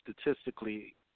statistically